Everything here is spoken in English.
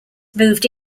moved